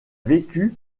vécu